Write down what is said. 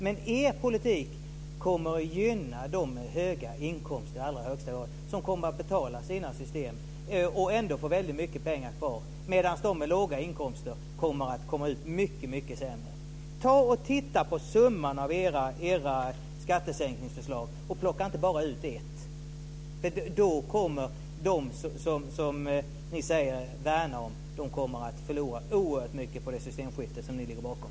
Men er politik kommer att gynna dem med höga inkomster i allra högsta grad. De kommer att betala sina system och ändå få väldigt mycket pengar kvar, medan de med låga inkomster kommer ut mycket sämre. Titta på summan av era skattesänkningsförslag och plocka inte bara ut ett! Då kommer de som ni säger er värna om att förlora oerhört mycket på det systemskifte som ni ligger bakom.